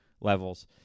levels